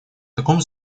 такому